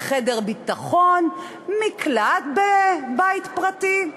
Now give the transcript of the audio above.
חדר ביטחון, מקלט בבית פרטי.